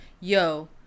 yo